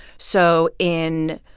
so in,